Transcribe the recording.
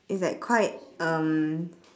it's like quite um